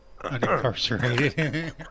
Unincarcerated